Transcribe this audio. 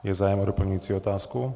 Je zájem o doplňující otázku?